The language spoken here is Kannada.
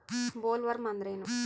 ಬೊಲ್ವರ್ಮ್ ಅಂದ್ರೇನು?